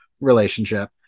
relationship